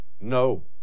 No